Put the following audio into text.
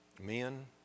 men